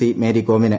C മേരികോമിന്